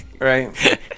Right